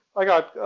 i got,